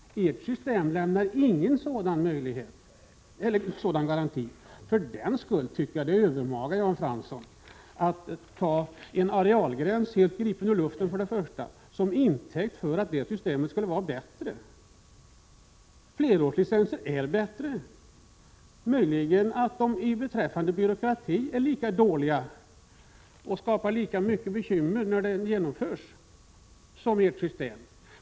I ert system lämnas ingen sådan möjlighet eller garanti. Därför tycker jag det är övermaga, Jan Fransson, att ta en arealgräns helt gripen ur luften som intäkt för att ert system skulle vara bättre. Flerårslicenser är bättre. De är möjligen lika dåliga beträffande byråkrati och skapar lika mycket bekymmer när de utfärdas som ert system.